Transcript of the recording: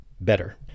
better